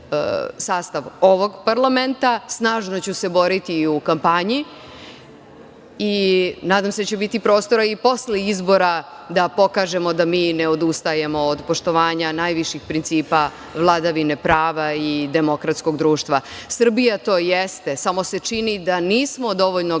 sastav ovog parlamenta. Snažno ću se boriti i u kampanji i nadam se da će biti prostora i posle izbora da pokažemo da mi ne odustajemo od poštovanja najviših principa, vladavine prava i demokratskog društva. Srbija to i jeste, samo se čini da nismo dovoljno